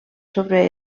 sobre